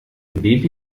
baby